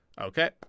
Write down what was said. Okay